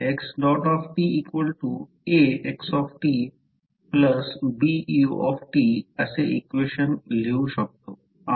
आपण हे मांडले की मॅट्रिक्स फॉर्ममध्ये xtAxtBuअसे इक्वेशन लिहू शकतो